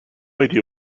idea